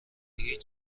هیچ